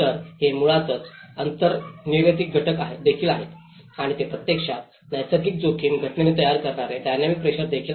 तर हे मुळातच अंतर्निहित घटक देखील आहेत आणि ते प्रत्यक्षात नैसर्गिक जोखीम घटनेने तयार करणारे डायनॅमिक प्रेशर देखील आहेत